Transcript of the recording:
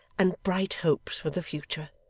and bright hopes for the future